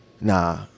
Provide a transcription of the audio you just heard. Nah